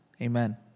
Amen